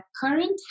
current